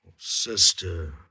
Sister